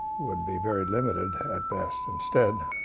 would be very limited at best. instead,